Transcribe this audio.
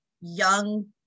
young